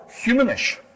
humanish